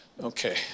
Okay